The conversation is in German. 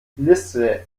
liste